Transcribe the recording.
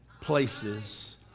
places